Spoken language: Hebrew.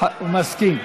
הוא מסכים.